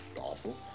Awful